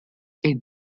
est